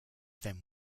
them